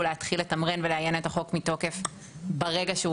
להתחיל לתמרן ולאיין את החוק מתוקף ברגע שהוא